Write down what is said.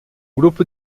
grupo